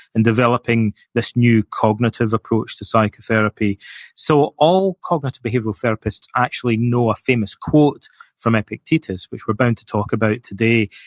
and developing this new cognitive approach to psychotherapy so, all cognitive behavioral therapists actually know a famous quote from epictetus, which we're bound to talk about today,